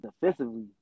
defensively